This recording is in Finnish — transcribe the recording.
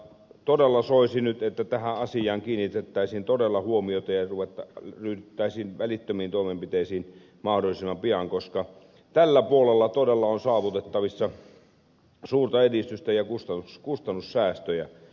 todella soisi nyt että tähän asiaan kiinnitettäisiin huomiota ja ryhdyttäisiin välittömiin toimenpiteisiin mahdollisimman pian koska tällä puolella todella on saavutettavissa suurta edistystä ja kustannussäästöjä